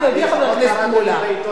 קראתי בעיתון היום.